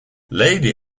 lady